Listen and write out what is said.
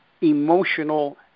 emotional